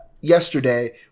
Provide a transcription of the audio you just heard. yesterday